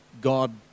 God